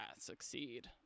succeed